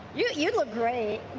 you you would look great.